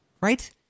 right